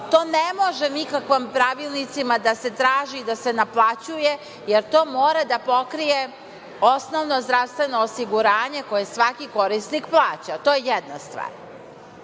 To ne može nikakvim pravilnicima da se traži, da se naplaćuje, jer to mora da pokrije osnovno zdravstveno osiguranje koje svaki korisnik plaća. To je jedna stvar. Drugo